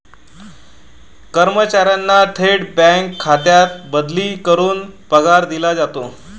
कर्मचाऱ्यांना थेट बँक खात्यात बदली करून पगार दिला जातो